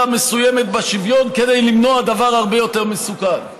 המסוימת בשוויון כדי למנוע דבר הרבה יותר מסוכן.